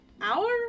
Hour